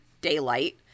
daylight